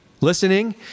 listening